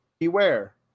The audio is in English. Beware